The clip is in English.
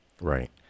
right